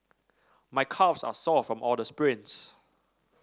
my calves are sore from all the sprints